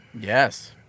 Yes